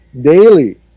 daily